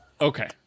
Okay